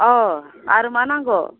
अ आरो मा नांगौ